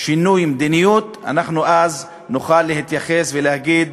שינוי מדיניות, נוכל להתייחס ולהגיד